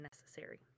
necessary